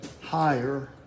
higher